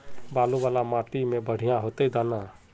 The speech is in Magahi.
बालू वाला माटी में बढ़िया होते दाना?